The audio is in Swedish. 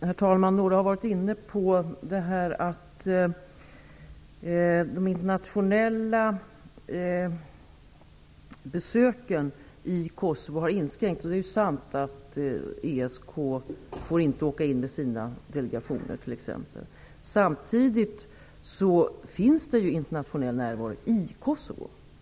Herr talman! Några talare har här varit inne på att de internationella besöken i Kosovo har inskränkts. Det är sant att t.ex. ESK inte får åka in med sina delegationer. Samtidigt finns det internationell närvaro i Kosovo.